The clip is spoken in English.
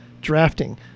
Drafting